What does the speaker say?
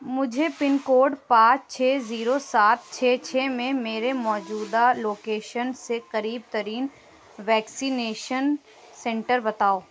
مجھے pin code پانچ چھ زیرو سات چھ چھ میں میرے موجودہ لوکیشن سے قریب ترین ویکسینیشن سینٹر بتاؤ